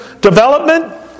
development